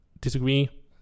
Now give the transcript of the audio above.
disagree